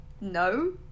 no